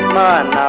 mon